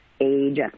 age